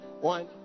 One